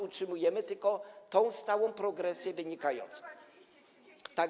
Utrzymujemy tylko tą stałą progresję wynikającą.